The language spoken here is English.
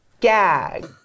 Gag